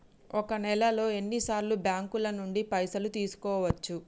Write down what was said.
ఒక నెలలో ఎన్ని సార్లు బ్యాంకుల నుండి పైసలు తీసుకోవచ్చు?